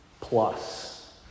plus